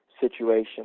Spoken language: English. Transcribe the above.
situation